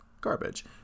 garbage